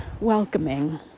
welcoming